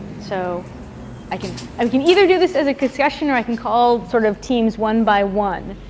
so i can um can either do this as a discussion, or i can call sort of teams one by one.